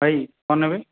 ଭାଇ କ'ଣ ନେବେ